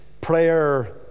prayer